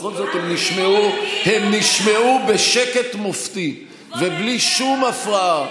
ובכל זאת הם נשמעו בשקט מופתי ובלי שום הפרעה.